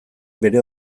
bere